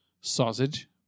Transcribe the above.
sausage